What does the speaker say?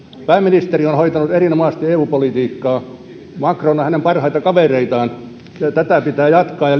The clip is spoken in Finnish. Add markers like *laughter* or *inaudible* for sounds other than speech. pääministeri on hoitanut erinomaisesti eu politiikkaa macron on hänen parhaita kavereitaan ja tätä pitää jatkaa ja *unintelligible*